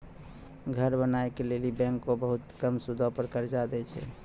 घर बनाय के लेली बैंकें बहुते कम सूदो पर कर्जा दै छै